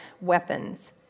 weapons